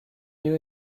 lieu